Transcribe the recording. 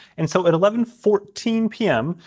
and so at eleven fourteen p m.